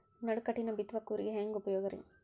ನಡುಕಟ್ಟಿನ ಬಿತ್ತುವ ಕೂರಿಗೆ ಹೆಂಗ್ ಉಪಯೋಗ ರಿ?